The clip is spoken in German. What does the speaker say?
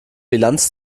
bilanz